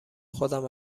خودم